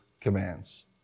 commands